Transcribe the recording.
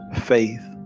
Faith